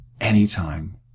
anytime